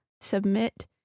submit